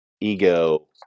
Ego